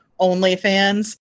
OnlyFans